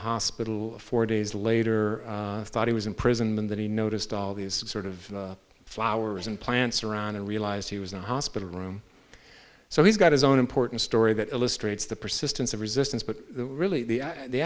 hospital four days later thought he was in prison that he noticed all these sort of flowers and plants around and realized he was in a hospital room so he's got his own important story that illustrates the persistence of resistance but really the